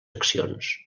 accions